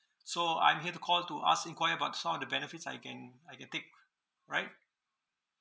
so I'm here to call to ask inquire about some of the benefits I can I can take alright